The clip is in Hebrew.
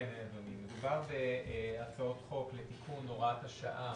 אדוני, מדובר בהצעות חוק לתיקון הוראת השעה